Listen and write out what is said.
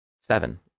seven